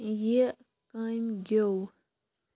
یہِ کٔمۍ گیوٚو